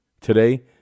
Today